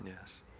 Yes